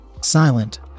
Silent